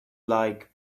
like